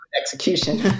execution